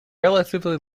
relatively